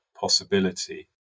possibility